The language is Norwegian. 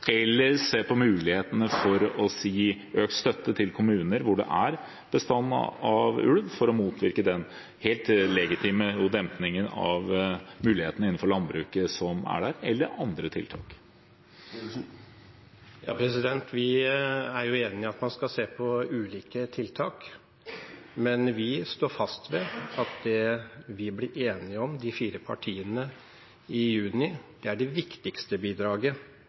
eller mulighetene for økt støtte til kommuner hvor det er ulvebestand, for å motvirke den helt legitime dempingen av mulighetene innenfor landbruket som er der, eller andre tiltak? Vi er enig i at man skal se på ulike tiltak, men vi står fast ved at det vi i de fire partiene ble enige om i juni, er det viktigste bidraget